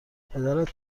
پدرت